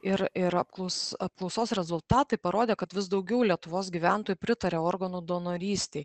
ir ir apklaus apklausos rezultatai parodė kad vis daugiau lietuvos gyventojų pritaria organų donorystei